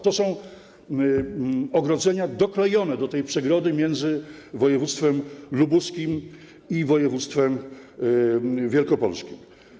To są ogrodzenia doklejone do tej przegrody między województwem lubuskim i województwem wielkopolskim.